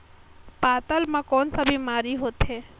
पातल म कौन का बीमारी होथे?